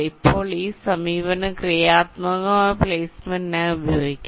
ഇപ്പോൾ ഈ സമീപനം ക്രിയാത്മകമായ പ്ലേസ്മെന്റിനായി ഉപയോഗിക്കാം